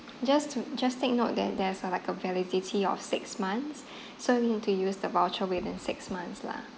just to just take note that there's a like a validity of six months so you need to use the voucher within six months lah